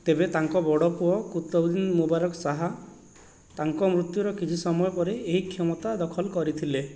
ତେବେ ତାଙ୍କ ବଡ଼ ପୁଅ କୁତବୁଦ୍ଦିନ ମୁବାରକ ଶାହା ତାଙ୍କ ମୃତ୍ୟୁର କିଛି ସମୟ ପରେ ଏହି କ୍ଷମତା ଦଖଲ କରିଥିଲେ